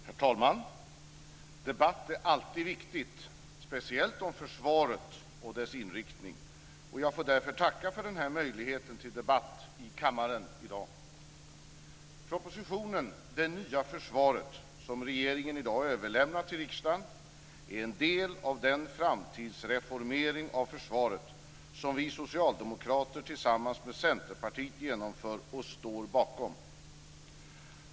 Herr talman! Debatt är alltid viktigt - speciellt om försvaret och dess inriktning. Jag får därför tacka för denna möjlighet till debatt i kammaren i dag. Propositionen Det nya försvaret som regeringen i dag överlämnar till riksdagen är en del av den framtidsreformering av försvaret som vi socialdemokrater tillsammans med Centerpartiet genomför och står bakom.